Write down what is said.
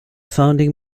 founding